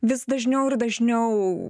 vis dažniau ir dažniau